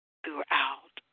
throughout